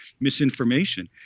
misinformation